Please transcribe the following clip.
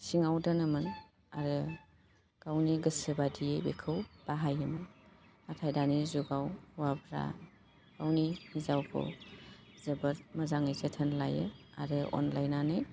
सिङाव दोनोमोन आरो गावनि गोसो बायदि बेखौ बाहायोमोन नाथाय दानि जुगाव हौवाफ्रा गावनि हिन्जावखौ जोबोद मोजाङै जोथोन लायो आरो अनलायनानै